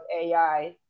AI